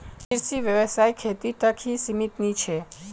कृषि व्यवसाय खेती तक ही सीमित नी छे